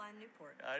Newport